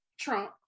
Trump